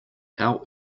our